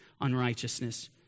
unrighteousness